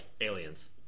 aliens